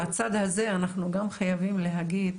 בצד הזה אנחנו גם חייבים להגיד